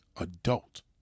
adult